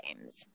games